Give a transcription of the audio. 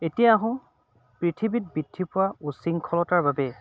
এতিয়া আহোঁ পৃথিৱীত বৃদ্ধি পোৱা উশৃংখলতাৰ বাবে